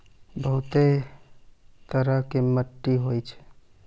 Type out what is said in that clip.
बहुतै तरह के मट्टी होय छै